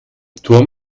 turm